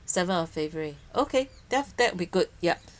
seventh of february okay that that would be good yup